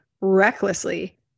recklessly